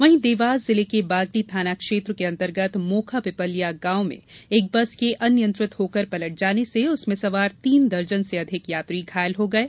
वहीं देवास जिले के बागली थाना क्षेत्र के अंतर्गत मोखा पीपल्या गांव एक बस के अनियंत्रित होकर पलट जाने से उसमें सवार तीन दर्जन से अधिक यात्री घायल हो गये